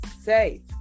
safe